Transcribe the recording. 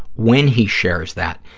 when he shares that,